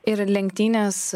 ir lenktynės